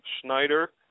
Schneider